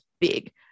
big